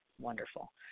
Wonderful